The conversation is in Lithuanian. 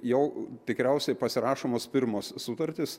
jau tikriausiai pasirašomos pirmos sutartys